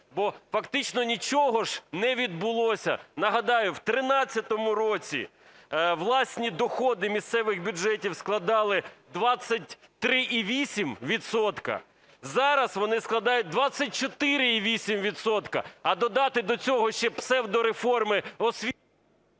Бо фактично нічого ж не відбулося. Нагадаю, в 13-му році власні доходи місцевих бюджетів складали 23,8 відсотка, зараз вони складають 24,8 відсотка. А додати до цього ще псевдореформи освіти…